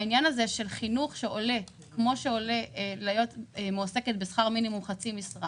כאשר חינוך עולה כפי שעולה להיות מועסקת בשכר מינימום בחצי משרה